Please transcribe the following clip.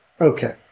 Okay